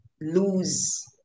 lose